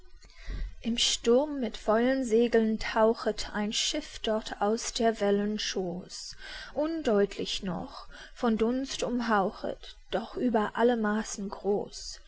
im sturm mit vollen segeln tauchet ein schiff dort aus der wellen schoß undeutlich noch von dunst umhauchet doch über alle maßen groß